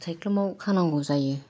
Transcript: सायख्लुमाव खानांगौ जायो